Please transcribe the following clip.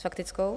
S faktickou?